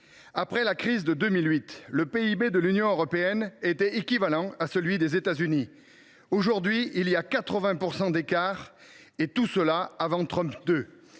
après la crise de 2008, le PIB de l’Union européenne était équivalent à celui des États Unis ; aujourd’hui, il y a 80 % d’écart. « Et tout cela avant Trump 2